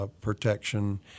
protection